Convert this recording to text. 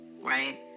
Right